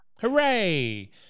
Hooray